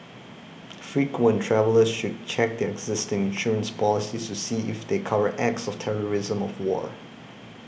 frequent travellers should check their existing insurance policies to see if they cover acts of terrorism or war